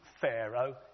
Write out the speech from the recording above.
Pharaoh